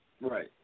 Right